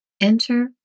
Enter